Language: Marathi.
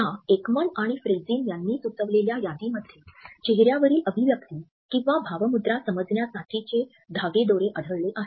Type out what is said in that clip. या एकमन आणि फ्रेझिन यांनी सुचवलेल्या यादीमध्ये चेहऱ्यावरील अभिव्यक्ति किंवा भावमुद्रा समजण्यासाठीचे धागेदोरे आढळले आहेत